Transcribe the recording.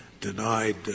denied